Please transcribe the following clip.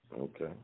Okay